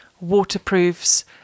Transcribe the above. waterproofs